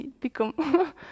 become